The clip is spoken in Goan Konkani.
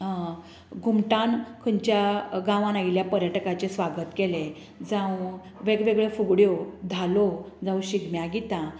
घुमटान खंयच्या गांवान आयिल्ल्या पर्यटकाचें स्वागत केलें जावं वेगवेगळ्यो फुगड्यो धालो जावं शिगम्या गितां